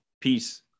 Peace